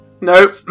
Nope